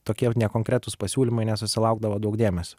tokie nekonkretūs pasiūlymai nesusilaukdavo daug dėmesio